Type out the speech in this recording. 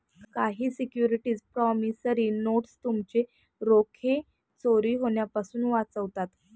काही securities promissory notes तुमचे रोखे चोरी होण्यापासून वाचवतात